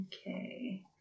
Okay